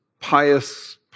pious